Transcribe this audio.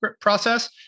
process